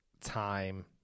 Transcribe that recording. time